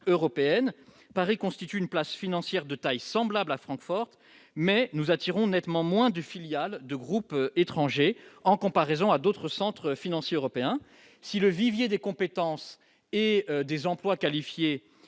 européenne Paris constitue une place financière, de taille semblable à Francfort mais nous attirons nettement moins de filiales de groupes étrangers en comparaison à d'autres centres financiers européens si le vivier des compétences et des emplois qualifiés